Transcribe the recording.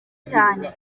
cyane